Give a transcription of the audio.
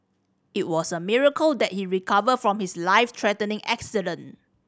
it was a miracle that he recovered from his life threatening accident